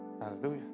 Hallelujah